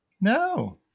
No